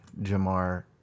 Jamar